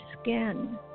skin